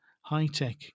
high-tech